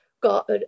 got